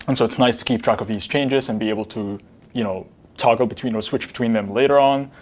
and so, it's nice to keep track of these changes and be able to you know toggle between or switch between them later on.